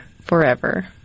forever